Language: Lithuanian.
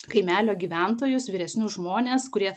kaimelio gyventojus vyresnius žmones kurie